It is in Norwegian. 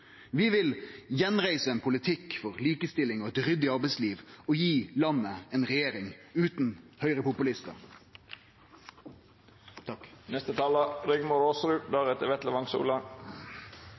Vi vil gjenreise ein politikk for likestilling og eit ryddig arbeidsliv og gi landet ei regjering utan høgrepopulistar.